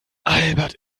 albert